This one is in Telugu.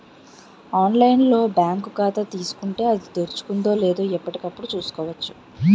ఆన్లైన్ లో బాంకు ఖాతా తీసుకుంటే, అది తెరుచుకుందో లేదో ఎప్పటికప్పుడు చూసుకోవచ్చు